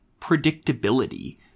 predictability